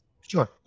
Sure